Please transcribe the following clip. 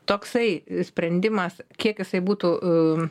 toksai sprendimas kiek jisai būtų um